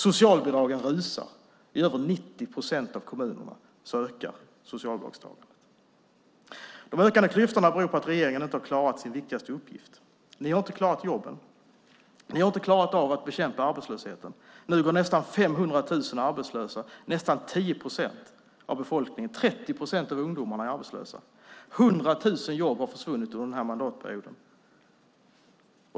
Socialbidragen rusar i höjden. I över 90 procent av kommunerna ökar antalet personer som får socialbidrag. De ökande klyftorna beror på att regeringen inte har klarat sin viktigaste uppgift. Ni har inte klarat jobben. Ni har inte klarat av att bekämpa arbetslösheten. Nu är nästan 500 000 arbetslösa - nästan 10 procent av befolkningen. 30 procent av ungdomarna är arbetslösa. 100 000 jobb har försvunnit under denna mandatperiod.